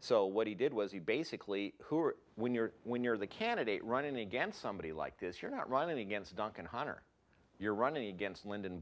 so what he did was he basically who or when you're when you're the candidate running against somebody like this you're not running against duncan hunter you're running against lyndon